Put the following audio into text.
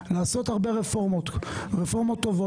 טופורובסקי ביקש את רשות הדיבור.